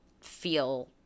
feel